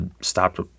stopped